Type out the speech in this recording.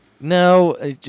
No